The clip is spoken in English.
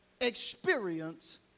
experience